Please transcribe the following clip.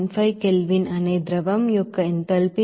15 kelvin అనే ద్రవం యొక్క ఎంథాల్పీ మీకు 64